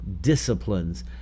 disciplines